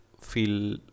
feel